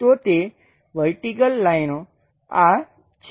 તો તે વર્ટિકલ લાઈનો આ છે